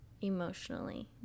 emotionally